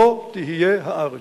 לו תהיה הארץ.